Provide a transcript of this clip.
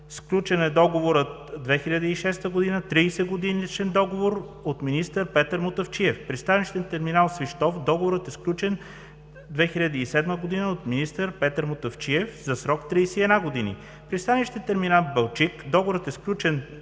сключен 2006 година, 30-годишен договор от министър Петър Мутафчиев; пристанищен терминал Свищов – договорът е сключен 2007 година от министър Петър Мутафчиев за срок 31 години; пристанище терминал Балчик договорът е сключен